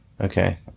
Okay